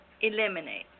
eliminate